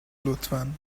لطفا